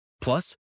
Plus